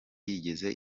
yize